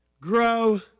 grow